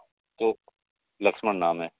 तो लक्ष्मण नाम है